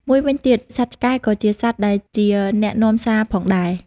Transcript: មួយវិញទៀតសត្វឆ្កែ ក៏ជាសត្វដែលជាអ្នកនាំសារផងដែរ។